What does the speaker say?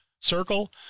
circle